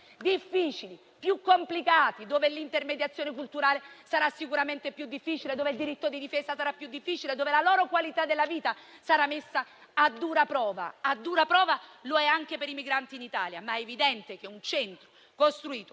difficili, più complicati, dove l'intermediazione culturale sarà sicuramente più difficile, dove il diritto di difesa sarà più difficile, dove la loro qualità della vita sarà messa a dura prova. Viene messa a dura prova anche per i migranti in Italia, ma è evidente che un centro costruito